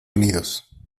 unidos